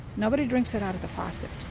nobody drinks it out of the faucet.